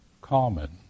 common